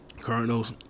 Cardinals